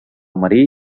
marí